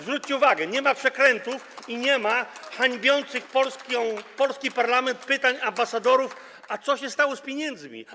Zwróćcie uwagę, nie ma przekrętów i nie ma hańbiących polski parlament pytań ambasadorów o to, co się stało z pieniędzmi.